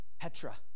Petra